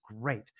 great